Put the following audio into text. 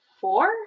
four